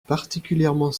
particulièrement